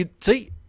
See